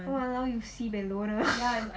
!walao! you sibei loner